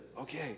Okay